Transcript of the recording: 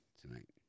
tonight